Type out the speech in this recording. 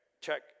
check